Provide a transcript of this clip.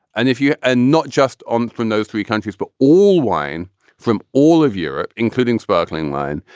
and if you add not just on from those three countries, but all wine from all of europe, including sparkling wine,